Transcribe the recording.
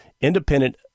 independent